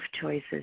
choices